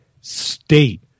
state